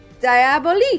Diabolique